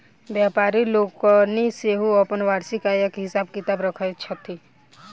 व्यापारि लोकनि सेहो अपन वार्षिक आयक हिसाब किताब रखैत छथि